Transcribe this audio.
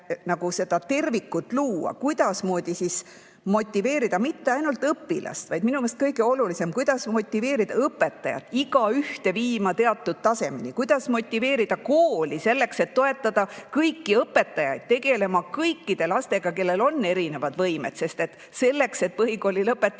nagu seda tervikut luua, kuidas motiveerida mitte ainult õpilast, vaid minu meelest on kõige olulisem, kuidas motiveerida õpetajaid igaühte viima teatud tasemele, kuidas motiveerida kooli selleks, et toetada kõiki õpetajaid tegelema kõikide lastega, kellel on erinevad võimed. Selleks, et põhikooli lõpetades